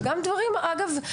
אגב,